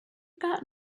got